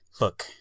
look